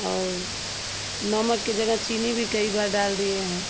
और नमक की जगह चीनी भी कई बार डाल दिए हैं